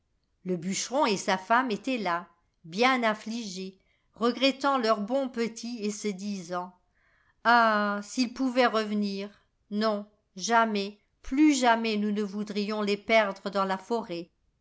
le bûcheron et sa femme étaient là bien affligés regrettant leurs bons petits et se disant a ah s'ils pouvaient revenir non jamais plus jamais nous ne voudrions les perdre dans la forêt